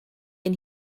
and